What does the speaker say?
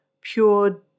pure